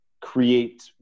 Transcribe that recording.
create